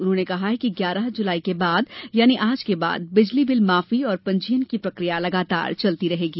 उन्होंने कहा कि ग्यारह जुलाई के बाद बिजली बिल माफी और पंजीयन की प्रक्रिया लगातार चलती रहेगी